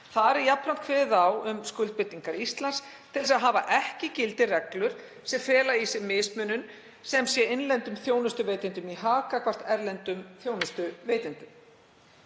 Þar er jafnframt kveðið á um skuldbindingar Íslands til þess að hafa ekki í gildi reglur sem fela í sér mismunun sem sé innlendum þjónustuveitendum í hag gagnvart erlendum þjónustuveitendum.